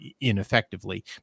ineffectively